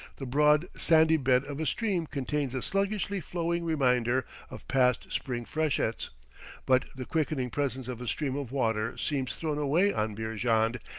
the broad, sandy bed of a stream contains a sluggishly-flowing reminder of past spring freshets but the quickening presence of a stream of water seems thrown away on beerjand,